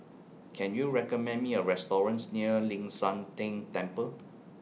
Can YOU recommend Me A restaurants near Ling San Teng Temple